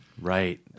Right